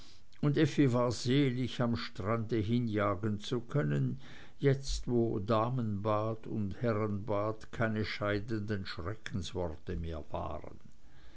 und effi war selig am strand hinjagen zu können jetzt wo damenbad und herrenbad keine scheidenden schreckensworte mehr waren